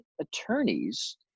attorneys